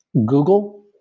google,